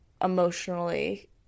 emotionally